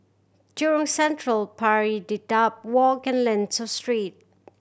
Jurong Central Pari Dedap Walk and Lentor Street